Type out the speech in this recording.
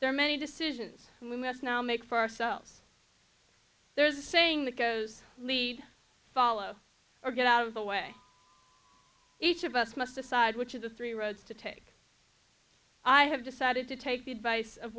are many decisions we must now make for ourselves there is a saying that goes lead follow or get out of the way each of us must decide which of the three roads to take i have decided to take the advice of